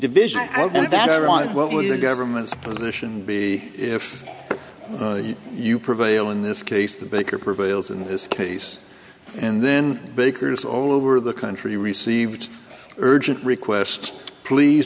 wanted what was the government's position be if you prevail in this case the baker prevails in this case and then bakers all over the country received urgent request please